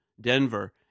Denver